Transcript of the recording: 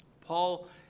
Paul